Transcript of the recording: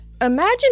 Imagine